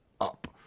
up